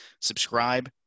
Subscribe